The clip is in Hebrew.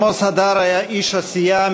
עמוס הדר היה איש עשייה,